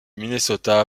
minnesota